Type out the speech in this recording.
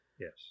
Yes